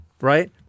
right